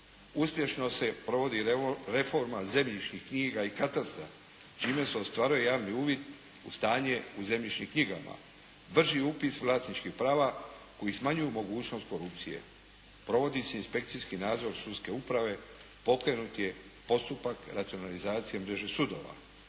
Uspješno se provodi reforma zemljišnih knjiga i katastra čime se ostvaruje javni uvid u stanje u zemljišnim knjigama, vrši upis vlasničkih prava koji smanjuju mogućnost korupcije. Provodi se inspekcijski nadzor sudske uprave, okrenut je postupak racionalizacije mreže sudova.